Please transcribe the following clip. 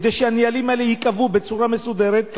כדי שהנהלים האלה ייקבעו בצורה מסודרת,